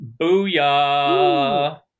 Booyah